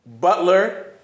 Butler